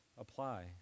apply